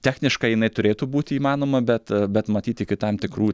techniškai jinai turėtų būti įmanoma bet bet matyt iki tam tikrų